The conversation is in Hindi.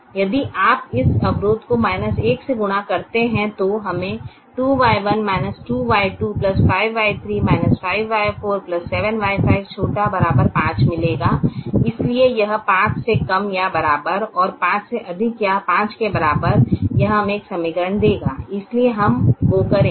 यदि आप इस अवरोध को 1 से गुणा करते हैं तो हमें 2Y1 2Y2 5Y3 5Y4 7Y5 ≤ 5 मिलेगा इसलिए यह 5 से कम या बराबर और 5 से अधिक या 5 के बराबर यह हमें एक समीकरण देगा इसलिए हम वो करें